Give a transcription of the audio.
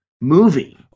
movie